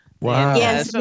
Wow